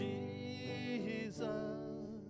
Jesus